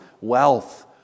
wealth